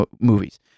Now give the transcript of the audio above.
movies